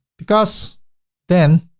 because then,